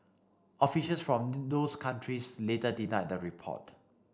officials from those countries later denied the report